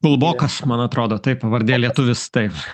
kulbokas man atrodo taip pavardė lietuvis taip